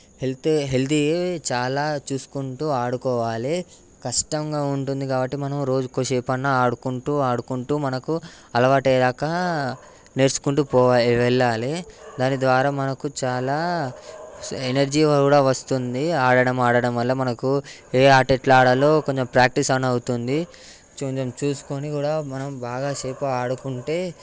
health healthy చాలా చూసుకుంటూ ఆడుకోవాలి కష్టంగా ఉంటుంది కాబట్టి మనం రోజుకు కొంత సేపు అన్న ఆడుకుంటూ ఆడుకుంటూ మనకు అలవాటు అయ్యాక నేర్చుకుంటే పో వెళ్ళాలి దాని ద్వారా మనకు చాలా ఎనర్జీ కూడా వస్తుంది ఆడడం ఆడడం వల్ల మనకు ఏ ఆట ఎట్ల ఆడాలో కొంచెం ప్రాక్టీస్ అన్నా అవుతుంది కొంచెం చూసుకొని కూడా మనం బాగా సేపు ఆడుకుంటే